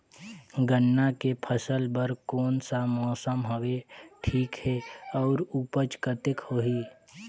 गन्ना के फसल बर कोन सा मौसम हवे ठीक हे अउर ऊपज कतेक होही?